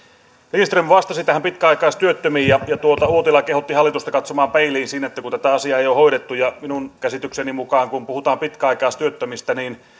lindström vastasi tähän pitkäaikaistyöttömien asiaan ja uotila kehotti hallitusta katsomaan peiliin siinä että tätä asiaa ei ole hoidettu minun käsitykseni mukaan kun puhutaan pitkäaikaistyöttömistä